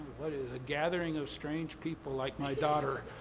what is it, a gathering of strange people like my daughter.